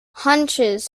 hunches